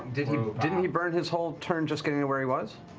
didn't he didn't he burn his whole turn just getting to where he was?